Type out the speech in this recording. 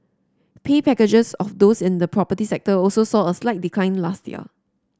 pay packages of those in the property sector also saw a slight decline last year